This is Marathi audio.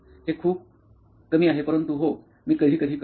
हे खूप कमी आहे परंतु हो मी कधीकधी करतो